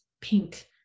pink